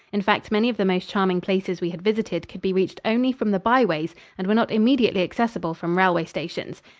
in fact, many of the most charming places we had visited could be reached only from the byways and were not immediately accessible from railway stations.